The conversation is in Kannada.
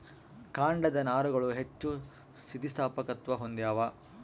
ಕಾಂಡದ ನಾರುಗಳು ಹೆಚ್ಚು ಸ್ಥಿತಿಸ್ಥಾಪಕತ್ವ ಹೊಂದ್ಯಾವ